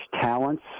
talents